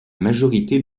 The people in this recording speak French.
majorité